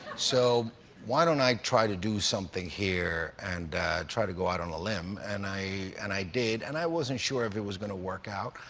so why don't i try to do something here and try to go out on a limb? and and i did and i wasn't sure if it was going to work out,